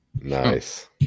Nice